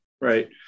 Right